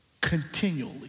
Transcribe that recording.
continually